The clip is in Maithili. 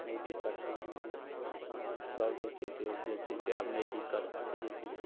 नहि दिक्कत छै ई सभमे सभ जे छै से उपजैत छै से आब नहि दिक्कत अथि जे छै से